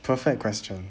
perfect question